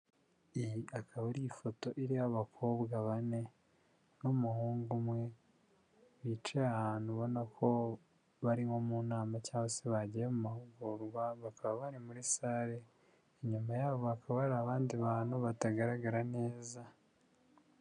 Iyi akaba ari ifoto iriho abakobwa bane n'umuhungu umwe, bicaye ahantu ubona ko bari nko mu nama cyangwa se bagiye mu mahugurwa bakaba bari muri sale, inyuma yabo hakaba hari abandi bantu batagaragara neza.